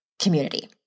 community